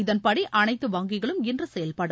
இதன்படி அனைத்து வங்கிகளும் இன்று செயல்படும்